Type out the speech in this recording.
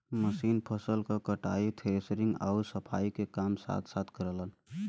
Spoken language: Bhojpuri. मशीन फसल क कटाई, थ्रेशिंग आउर सफाई के काम साथ साथ करलन